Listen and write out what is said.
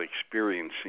experiencing